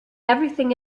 everything